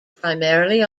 primarily